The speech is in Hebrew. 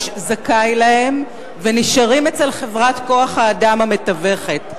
זכאי לו ונשארים אצל חברת כוח-האדם המתווכת.